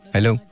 Hello